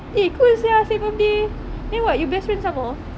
eh cool sia same birthday then what you bestfriend somemore